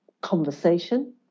conversation